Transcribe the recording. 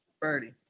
Birdie